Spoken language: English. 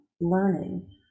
learning